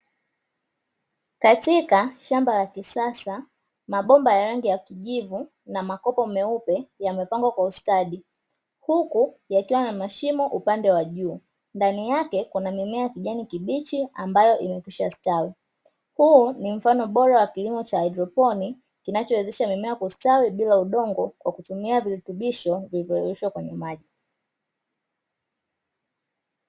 Katika shamba la kisasa, mabomba ya rangi ya kijivu na makopo meupe yamepangwa kwa ustadi, huku yakiwa na mashimo upande wa juu. Ndani yake kuna mimea ya kijani kibichi ambayo imekwisha stawi. Huu ni mfano bora wa kilimo cha haidroponi kinachowezesha mimea kustawi bila udongo kwa kutumia virutubisho vilivyoloweshwa kwenye maji.